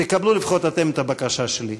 תקבלו לפחות אתם את הבקשה שלי.